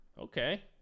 Okay